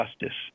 justice